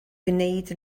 gwneud